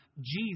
Jesus